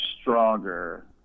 stronger